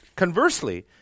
Conversely